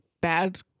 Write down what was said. bad